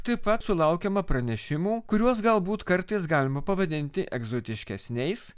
taip pat sulaukiama pranešimų kuriuos galbūt kartais galima pavadinti egzotiškesniais